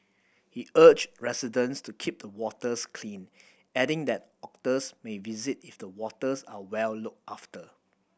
he urged residents to keep the waters clean adding that otters may visit if the waters are well looked after